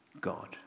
God